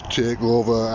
takeover